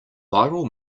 viral